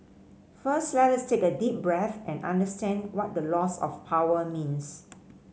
first let us take a deep breath and understand what the loss of power means